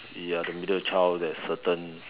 you're the middle child there's certain